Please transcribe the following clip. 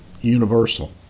universal